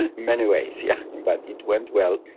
and many ways, yeah, but it went well.